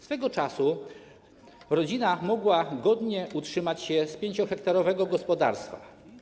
Swego czasu rodzina mogła godnie utrzymać się z 5-hektarowego gospodarstwa.